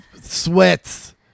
sweats